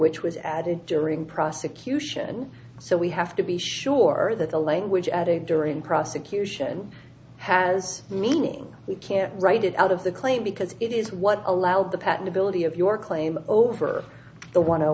which was added during prosecution so we have to be sure that the language attic during prosecution has meaning we can't write it out of the claim because it is what allowed the patentability of your claim over the one